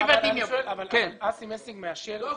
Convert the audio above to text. אסי מסינג מאשר?